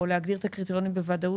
או להבהיר את הקריטריונים בוודאות.